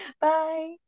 Bye